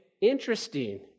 Interesting